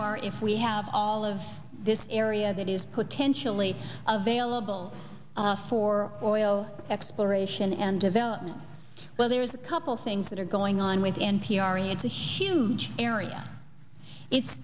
where if we have all of this area that is potentially available for oil exploration and development well there's a couple things that are going on with the n p r a it's a huge area it's